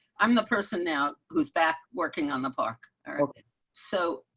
i'm the person. now who's back working on the park so